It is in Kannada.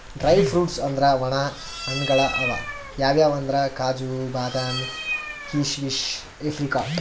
ಡ್ರೈ ಫ್ರುಟ್ಸ್ ಅಂದ್ರ ವಣ ಹಣ್ಣ್ಗಳ್ ಅವ್ ಯಾವ್ಯಾವ್ ಅಂದ್ರ್ ಕಾಜು, ಬಾದಾಮಿ, ಕೀಶಮಿಶ್, ಏಪ್ರಿಕಾಟ್